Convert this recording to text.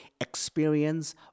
experience